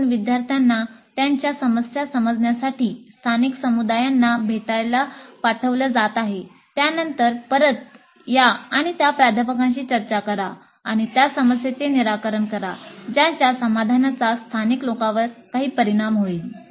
म्हणून विद्यार्थ्यांना त्यांच्या समस्या समजण्यासाठी स्थानिक समुदायांना भेटायला पाठवलं जात आहे त्यानंतर परत या आणि त्या प्राध्यापकांशी चर्चा करा आणि त्या समस्येचे निराकरण करा ज्याच्या समाधानाचा स्थानिक लोकांवर काही परिणाम होईल